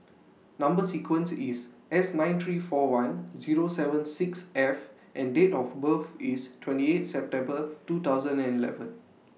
Number sequence IS S nine three four one Zero seven six F and Date of birth IS twenty eight September two thousand and eleven